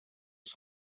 was